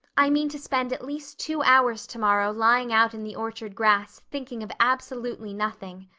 i mean to spend at least two hours tomorrow lying out in the orchard grass, thinking of absolutely nothing.